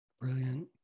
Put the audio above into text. Brilliant